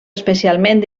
especialment